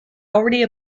already